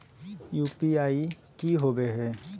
UPI की होवे हय?